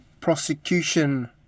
prosecution